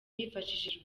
hifashishijwe